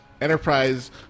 Enterprise